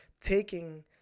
taking